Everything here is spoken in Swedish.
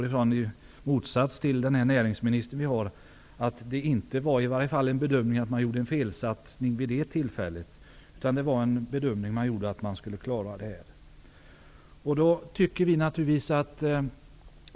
I motsats till den näringsminister vi nu har utgår jag ifrån att bedömningen vid det tillfället inte var att man gjorde en felsatsning, utan man skulle klara detta.